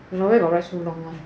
ya lor where got write so long one